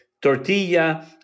tortilla